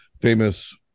famous